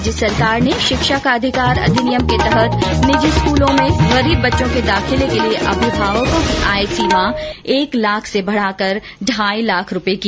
राज्य सरकार ने शिक्षा का अधिकार अधिनियम के तहत निजी स्कूलों में गरीब बच्चों के दाखिले के लिए अभिभावकों की आय सीमा एक लाख से बढाकर ढाई लाख रूपये की